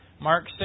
Mark